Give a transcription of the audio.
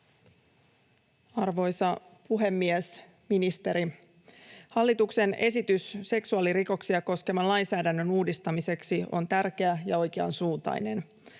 Arvoisa puhemies, ministeri! Hallituksen esitys seksuaalirikoksia koskevan lainsäädännön uudistamiseksi on tärkeä ja oikeansuuntainen.